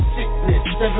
Sickness